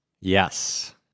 Yes